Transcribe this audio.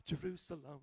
Jerusalem